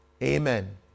Amen